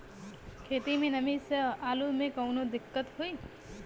खेत मे नमी स आलू मे कऊनो दिक्कत होई?